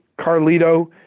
Carlito